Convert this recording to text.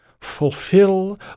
fulfill